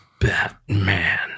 Batman